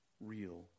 real